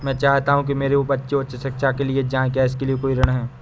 मैं चाहता हूँ कि मेरे बच्चे उच्च शिक्षा के लिए जाएं क्या इसके लिए कोई ऋण है?